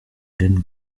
den